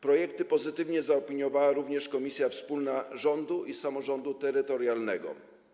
Projekty pozytywnie zaopiniowała również Komisja Wspólna Rządu i Samorządu Terytorialnego.